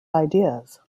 ideas